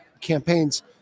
campaigns